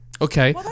Okay